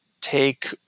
take